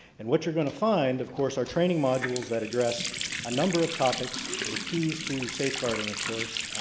and what you're going to find, of course, our training modules that address a number of topics, the keys to safeguarding of course.